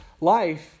life